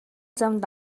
замд